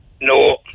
No